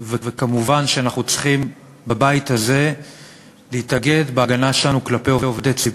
ומובן שאנחנו צריכים בבית הזה להתאגד בהגנה שלנו כלפי עובדי,